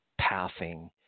pathing